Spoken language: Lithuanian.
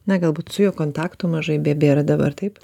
na galbūt su juo kontaktų mažai be bėra dabar taip